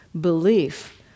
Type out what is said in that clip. belief